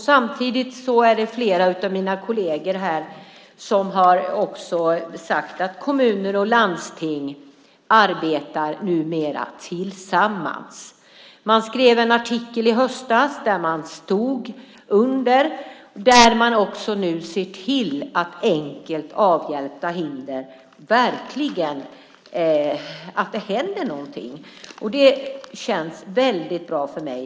Samtidigt har flera av mina kolleger här sagt att också kommuner och landsting numera arbetar tillsammans. Man skrev en artikel i höstas där man skrev under att man nu ser till att enkelt avhjälpa hinder och att det verkligen händer någonting. Det känns bra för mig.